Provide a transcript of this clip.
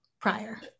prior